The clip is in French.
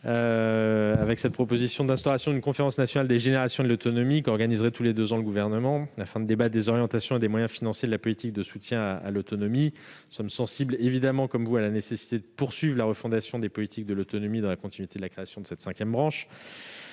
de cette proposition de conférence nationale des générations et de l'autonomie qu'organiserait tous les deux ans le Gouvernement, afin de débattre des orientations et des moyens financiers de la politique de soutien à l'autonomie. Nous sommes sensibles, comme vous, à la nécessité de poursuivre la refondation des politiques de l'autonomie dans la continuité de la création de la cinquième branche.